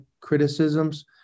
criticisms